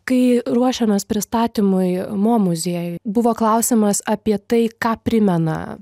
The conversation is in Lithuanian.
kai ruošiamės pristatymui mo muziejuj buvo klausimas apie tai ką primena